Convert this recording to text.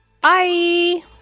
Bye